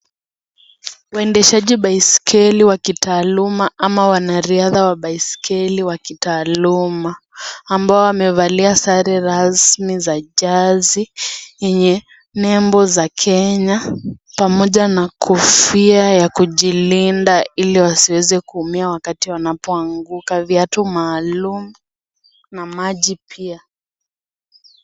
Waendeshaji baiskeli wa kitaaluma ama wanariadha wa baiskeli wa kitaaluma ambao wamevalia sare rasmi za jazi yenye nembo za Kenya pamoja na kofia ya kujilinda ili wasiweze kuumia wakati wanapoanguka. Viatu maalum na maji pia.